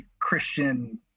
Christian